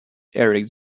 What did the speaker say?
erect